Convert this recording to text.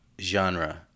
genre